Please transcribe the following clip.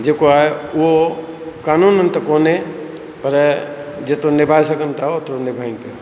जेको आहे उहो कानूननि त कोन्हे पर जेतिरो निभाए सघनि था ओतिरो निभाइनि पिया